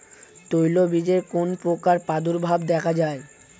তৈলবীজে কোন পোকার প্রাদুর্ভাব দেখা যায়?